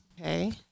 Okay